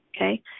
okay